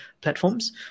platforms